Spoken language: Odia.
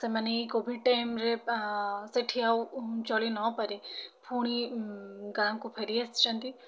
ସେମାନେ ଏଇ କୋଭିଡ୍ ଟାଇମ୍ ରେ ସେଠି ଆଉ ଚଳି ନ ପାରି ପୁଣି ଗାଁ'କୁ ଫେରି ଆସିଛନ୍ତି